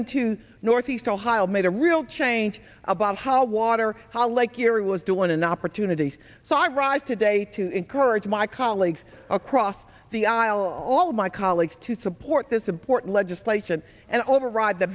in to northeast ohio made a real change about how water how like your was doing an opportunity so i rise today to encourage my colleagues across the aisle all my colleagues to support this important legislation and override the